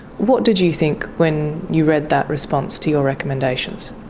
what did you think when you read that response to your recommendations?